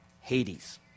Hades